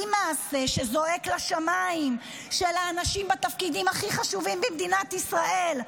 אי-מעשה שזועק לשמיים של האנשים הכי חשובים במדינת ישראל.